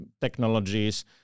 technologies